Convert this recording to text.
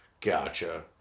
Gotcha